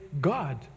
God